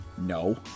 No